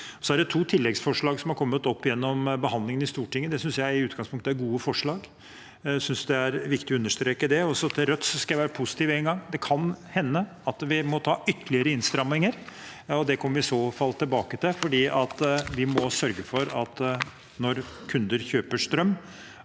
to tilleggsforslag som har kommet opp gjennom behandlingen i Stortinget. Det synes jeg i utgangspunktet er gode forslag, jeg synes det er viktig å understreke det. Til Rødt skal jeg være positiv én gang: Det kan hende at vi må gjøre ytterligere innstramminger, det kommer vi i så fall tilbake til, for vi må sørge for at når kunder kjøper strøm,